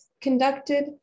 conducted